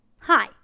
Hi